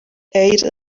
ate